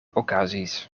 okazis